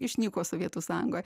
išnyko sovietų sąjungoje